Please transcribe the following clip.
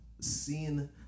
seeing